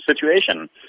situation